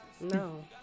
No